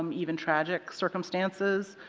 um even tragic circumstances.